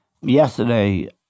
Yesterday